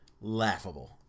laughable